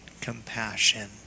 compassion